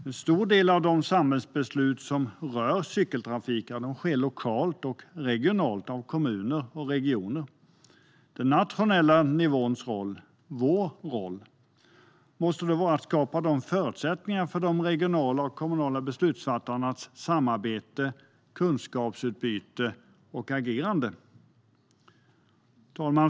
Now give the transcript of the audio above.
En stor del av de samhällsbeslut som rör cykeltrafiken tas lokalt och regionalt, av kommuner och regioner. Den nationella nivåns roll - vår roll - måste därför vara att skapa förutsättningar för de regionala och kommunala beslutsfattarnas samarbete, kunskapsutbyte och agerande. Herr talman!